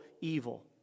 evil